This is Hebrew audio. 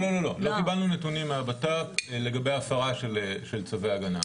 לא קיבלנו נתונים מהמשרד לביטחון הפנים לגבי הפרה של צווי הגנה.